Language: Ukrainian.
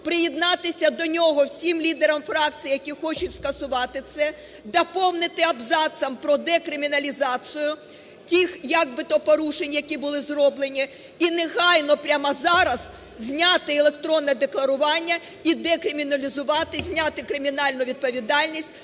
Приєднатися до нього всім лідерам фракцій, які хочуть скасувати це, доповнити абзацом про декриміналізацію тих як би то порушень, які були зроблені, і негайно, прямо зараз, зняти електронне декларування і декриміналізувати, зняти кримінальну відповідальність